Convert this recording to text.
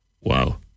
Wow